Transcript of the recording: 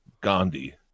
gandhi